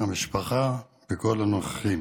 המשפחה וכל הנוכחים,